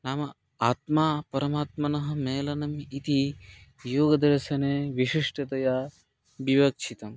नाम आत्म परमात्मनः मेलनम् इति योगदर्शने विशिष्टतया विवक्षितं